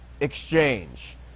exchange